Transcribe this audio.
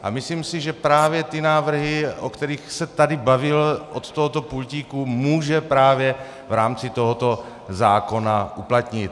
A myslím si, že právě ty návrhy, o kterých se tady bavil od tohoto pultíku, může právě v rámci tohoto zákona uplatnit.